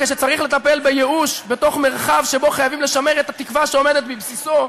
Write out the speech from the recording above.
כשצריך לטפל בייאוש בתוך מרחב שבו חייבים לשמר את התקווה שעומדת בבסיסו,